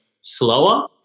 slower